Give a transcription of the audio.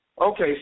Okay